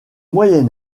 moyen